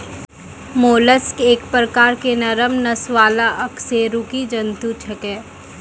mollusc एक प्रकार के नरम नस वाला अकशेरुकी जंतु छेकै